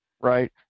right